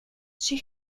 she